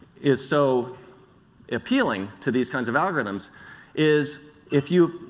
is so appealing to these kinds of algorithms is if you,